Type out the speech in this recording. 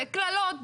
בקללות,